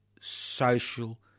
social